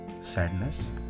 sadness